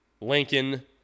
Lincoln